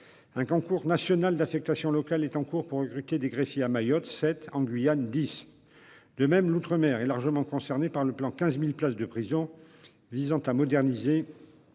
un concours national d'affectation locale est en cours pour recruter sept greffiers à Mayotte et dix en Guyane. De même, les outre-mer sont largement concernés par le plan de 15 000 places de prison, visant à moderniser